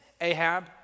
Ahab